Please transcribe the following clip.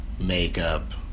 Makeup